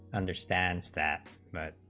understands that but